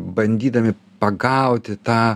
bandydami pagauti tą